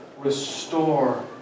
Restore